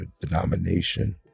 denomination